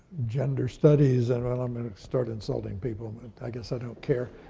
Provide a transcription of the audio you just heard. gender studies, and, well, i'm gonna start insulting people, but i guess i don't care,